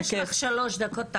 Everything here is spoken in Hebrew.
יש לך שלוש דקות.